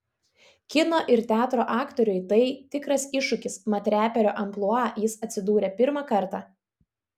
kino ir teatro aktoriui tai tikras iššūkis mat reperio amplua jis atsidūrė pirmą kartą